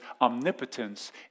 omnipotence